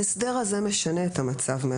ההסדר הזה משנה את המצב.